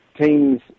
teams